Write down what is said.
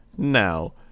Now